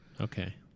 Okay